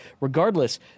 Regardless